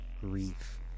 grief